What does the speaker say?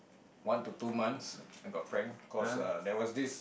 one to two months I got pranked cause uh there was this